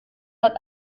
hat